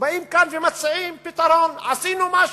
באים כאן ומציעים פתרון: עשינו משהו.